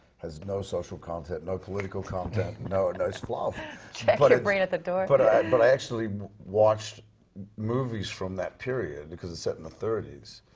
has no social content, no political content, no, it's fluff. check but your brain at the door. but i but i actually watched movies from that period, because it's set in the thirty s.